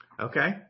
Okay